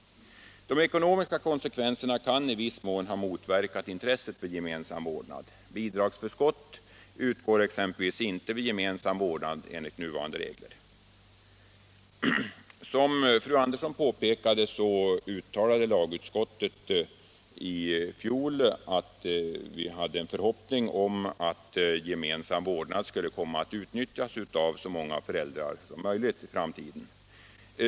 De ekonomiska konsekvenserna kan i viss mån ha motverkat intresset för gemensam vårdnad. Bidragsförskott exempelvis utgår enligt nuvarande regler inte vid gemensam vårdnad. Som fru Andersson i Kumla påpekade uttalade lagutskottet i fjol att vi hade en förhoppning om att den gemensamma vårdnaden i framtiden skulle komma att utnyttjas av så många föräldrar som möjligt.